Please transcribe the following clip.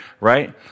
right